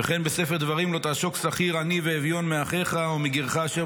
וכן בספר דברים: "לא תעשֹק שכיר עני ואביון מאחיך ומגרך אשר